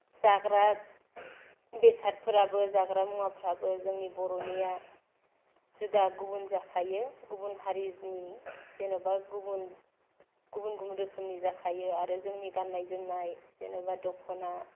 जाग्रा बेसादफोराबो जाग्रा मुवाफोराबो जोंनि बर'निया जुदा गुबुन जाखायो गुबुन हारिनि जेनबा गुबुन गुबुन गुबुन रोखोमनि जाखायो आरो जोंनि गाननाय जोमनाय जेनबा दखना